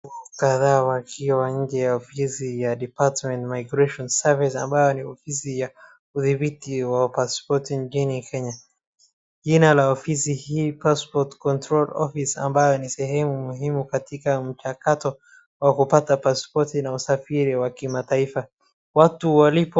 Watu kadhaa wakiwa nje ya ofisi ya department migration service ambayo ni ofisi ya udhibiti wa passport nchini Kenya, jina ya ofisi hii passport control office ambayo ni sehemu muhimu katika mtakato wa kupata passport v na usafiri wa kimataifa watu walipo.